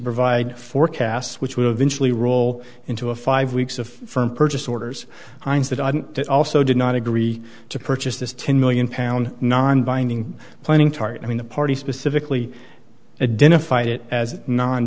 provide forecasts which will eventually roll into a five weeks of firm purchase orders that i didn't that also did not agree to purchase this ten million pound non binding planning target i mean the party specifically a dinner fight it as non